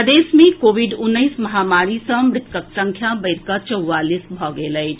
प्रदेश मे कोविड उन्नैस महामारी सँ मृतकक संख्या बढ़ि कऽ चौवालीस भऽ गेल अछि